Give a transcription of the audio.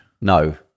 No